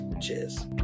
Cheers